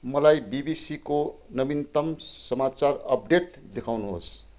मलाई बिबिसीको नवीनतम समाचार अपडेट देखाउनुहोस्